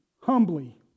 humbly